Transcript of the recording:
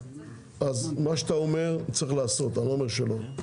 מה שאתה אומר צריך לעשות, אני לא אומר שלא.